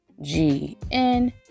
G-N